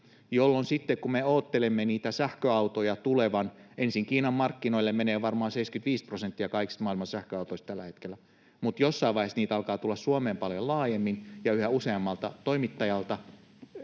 tehdä, sillä kun me odottelemme niitä sähköautoja tuleviksi — Kiinan markkinoille menee varmaan 75 prosenttia kaikista maailman sähköautoista tällä hetkellä, mutta jossain vaiheessa niitä alkaa tulla Suomeen paljon laajemmin ja yhä useammalta toimittajalta,